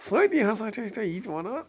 سٲری ہسا چھِ أسۍ تۅہہِ یِتہِ وَنان